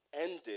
ended